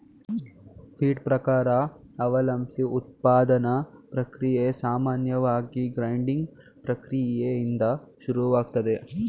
feed ಪ್ರಕಾರ ಅವಲಂಬ್ಸಿ ಉತ್ಪಾದನಾ ಪ್ರಕ್ರಿಯೆ ಸಾಮಾನ್ಯವಾಗಿ ಗ್ರೈಂಡಿಂಗ್ ಪ್ರಕ್ರಿಯೆಯಿಂದ ಶುರುವಾಗ್ತದೆ